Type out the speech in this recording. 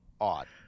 odd